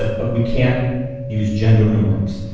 but but we can't use gender norms.